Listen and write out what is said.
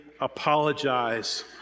apologize